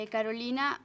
Carolina